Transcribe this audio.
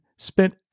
spent